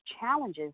challenges